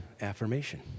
affirmation